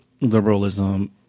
liberalism